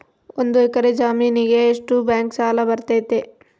ಒಂದು ಎಕರೆ ಜಮೇನಿಗೆ ಎಷ್ಟು ಬ್ಯಾಂಕ್ ಸಾಲ ಬರ್ತೈತೆ?